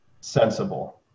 sensible